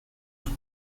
sous